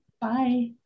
bye